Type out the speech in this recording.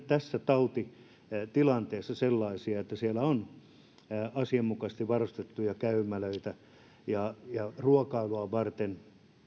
tässä tautitilanteessa sellaisia että siellä on asianmukaisesti varustettuja käymälöitä ja ja ruokailua varten